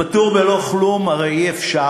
ופטור בלא כלום הרי אי-אפשר: